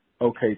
okay